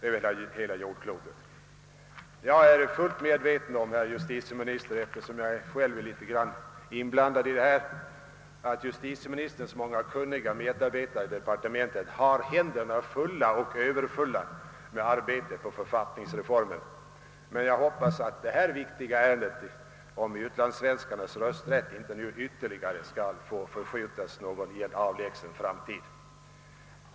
Eftersom jag själv i viss mån är inblandad i det hela, är jag, herr justitieminister, fullt medveten om att justitieministerns många kunniga medarbetare i departementen har händerna fulla och överfulla med arbete på författningsreformen, men jag hoppas att man nu inte ytterligare skall skjuta upp det viktiga ärendet om utlandssvenskarnas rösträtt till någon avlägsen framtid.